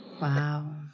Wow